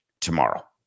tomorrow